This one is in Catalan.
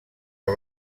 per